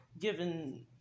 given